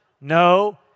No